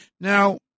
Now